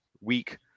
weak